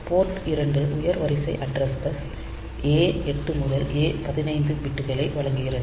board 2 உயர் வரிசை address bus A8 முதல் A15 பிட்களை வழங்குகிறது